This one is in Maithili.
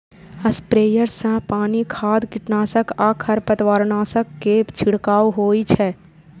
स्प्रेयर सं पानि, खाद, कीटनाशक आ खरपतवारनाशक के छिड़काव होइ छै